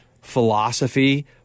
philosophy